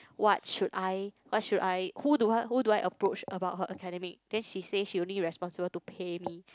what should I what should I who do I who do I approach about her academic then she say she only responsible to pay me